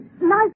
nice